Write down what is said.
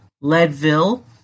Leadville